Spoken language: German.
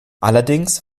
allerdings